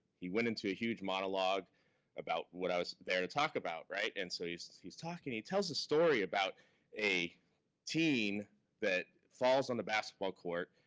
he went into a huge monologue about what i was there to talk about, right? and so he's he's talking, he tells a story about a teen that falls on the basketball court,